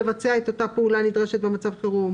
לבצע את אותה פעולה נדרשת במצב חירום,